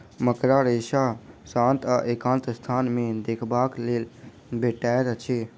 मकड़ा रेशा शांत आ एकांत स्थान मे देखबाक लेल भेटैत अछि